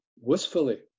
wistfully